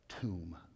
tomb